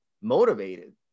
motivated